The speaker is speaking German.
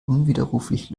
unwiderruflich